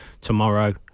tomorrow